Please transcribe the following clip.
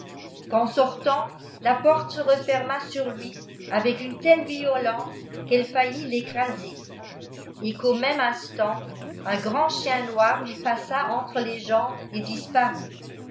qu'en sortant la porte serefermé su loi asieq un telle violeiice qfelfe faillit rëcrasfr et quau môme inal bt wi graliid bien noir lui passa entre les jambes et dispartit